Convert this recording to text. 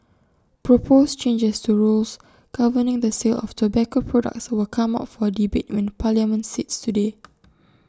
proposed changes to rules governing the sale of tobacco products will come up for debate when parliament sits today